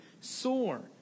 sore